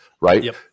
right